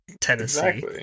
tennessee